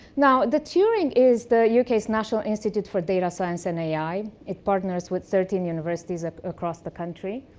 now, the turing is the u k s national institutes for data science in ai. it partners with thirteen universities across the countries.